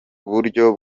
buryo